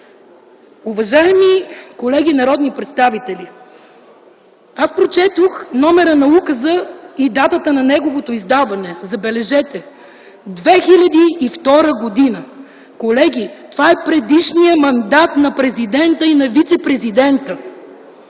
Уважаеми колеги народни представители, аз прочетох номера на указа и датата на неговото издаване – забележете – 2002 г. Колеги, това е предишният мандат на президента и на вицепрезидента.